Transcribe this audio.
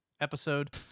episode